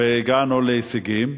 והגענו להישגים,